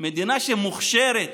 מדינה שמוכשרת